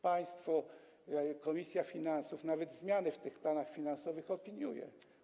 Państwo, komisja finansów nawet zmiany w tych planach finansowych opiniują.